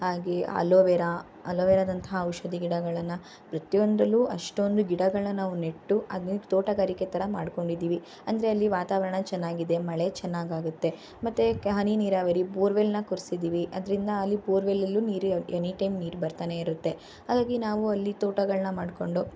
ಹಾಗೇ ಅಲೋವೆರಾ ಅಲೋವೆರಾದಂತಹ ಔಷಧಿ ಗಿಡಗಳನ್ನು ಪ್ರತಿಯೊಂದರಲ್ಲೂ ಅಷ್ಟೊಂದು ಗಿಡಗಳನ್ನು ನಾವು ನೆಟ್ಟು ಅದನ್ನು ತೋಟಗಾರಿಕೆ ಥರ ಮಾಡ್ಕೊಂಡಿದೀವಿ ಅಂದರೆ ಅಲ್ಲಿ ವಾತಾವರಣ ಚೆನ್ನಾಗಿದೆ ಮಳೆ ಚೆನ್ನಾಗಾಗುತ್ತೆ ಮತ್ತು ಹನಿ ನೀರಾವರಿ ಬೋರ್ವೆಲ್ನ ಕೊರ್ಸಿದೀವಿ ಅದರಿಂದ ಅಲ್ಲಿ ಬೋರ್ವೆಲಲ್ಲೂ ನೀರು ಎನಿಟೈಮ್ ನೀರು ಬರ್ತಾನೆ ಇರುತ್ತೆ ಹಾಗಾಗಿ ನಾವು ಅಲ್ಲಿ ತೋಟಗಳನ್ನು ಮಾಡಿಕೊಂಡು